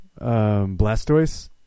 Blastoise